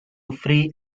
free